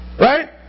Right